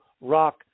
rock